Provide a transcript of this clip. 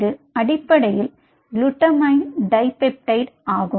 இது அடிப்படையில் குளுட்டமைனின் டிபெப்டைட் ஆகும்